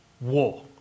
war